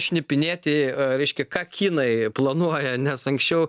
šnipinėti reiškia ką kinai planuoja nes anksčiau